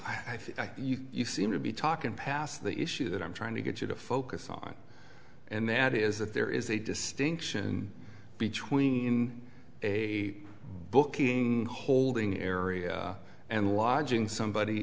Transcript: think you seem to be talking past the issue that i'm trying to get you to focus on and that is that there is a distinction between a booking holding area and lodging somebody